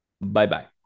Bye-bye